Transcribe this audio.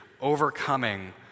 overcoming